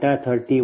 963 p